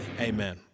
Amen